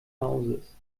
hauses